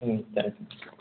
ம் தாங்க்ஸ்